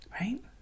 Right